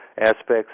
aspects